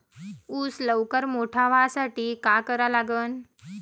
ऊस लवकर मोठा व्हासाठी का करा लागन?